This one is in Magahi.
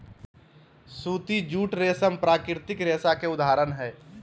सूती, जूट, रेशम प्राकृतिक रेशा के उदाहरण हय